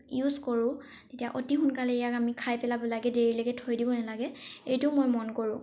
use কৰো তেতিয়া অতি সোনকালে ইয়াক আমি খাই পেলাব লাগে দেৰিলৈকে থৈ দিব নালাগে এইটোও মই মন কৰো